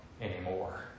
anymore